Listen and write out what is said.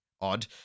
odd